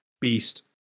beast